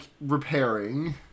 repairing